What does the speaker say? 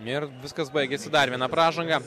ir viskas baigėsi dar viena pražanga